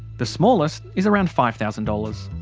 the smallest is around five thousand dollars.